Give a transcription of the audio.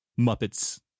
muppets